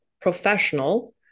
professional